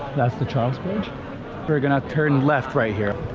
that's the charles bridge we're gonna turn left right here